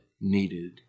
needed